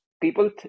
people